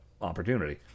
opportunity